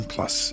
Plus